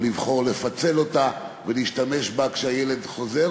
או לבחור לפצל אותה ולהשתמש בה כשהילד חוזר,